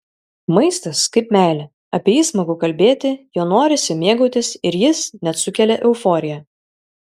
maistas kaip meilė apie jį smagu kalbėti juo norisi mėgautis ir jis net sukelia euforiją